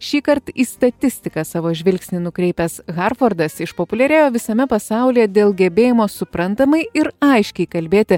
šįkart į statistiką savo žvilgsnį nukreipęs harfordas išpopuliarėjo visame pasaulyje dėl gebėjimo suprantamai ir aiškiai kalbėti